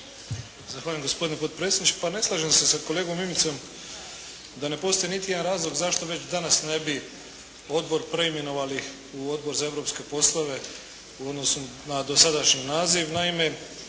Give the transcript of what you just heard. Zahvaljujem gospodine potpredsjedniče. Pa ne slažem se sa kolegom Mimicom da ne postoji niti jedan razlog zašto već danas ne bi odbor preimenovali u Odbor za europske poslove u odnosu na dosadašnji naziv.